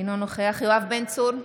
אינו נוכח יואב בן צור,